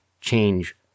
change